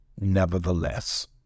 Nevertheless